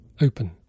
open